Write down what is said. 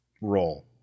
role